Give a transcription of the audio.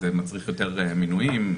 זה מצריך יותר מינויים,